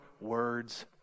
words